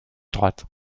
droite